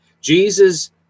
Jesus